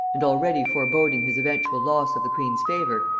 and already foreboding his eventual loss of the queen's favor,